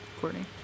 Courtney